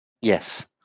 Yes